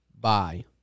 Bye